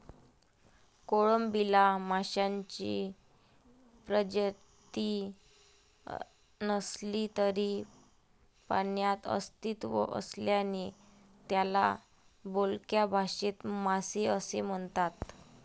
कोळंबीला माशांची प्रजाती नसली तरी पाण्यात अस्तित्व असल्याने त्याला बोलक्या भाषेत मासे असे म्हणतात